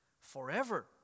forever